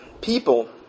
people